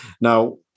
now